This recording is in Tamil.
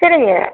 சரிங்க